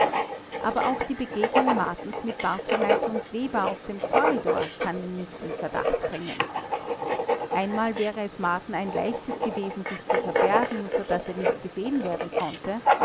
aber auch die begegnung martens mit bartuleit und weber auf dem korridor kann ihn nicht in verdacht bringen einmal wäre es marten ein leichtes gewesen sich zu verbergen so daß er nicht gesehen werden konnte